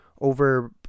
over